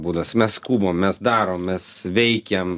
būdas mes skubam mes darom mes veikiam